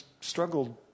struggled